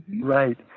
Right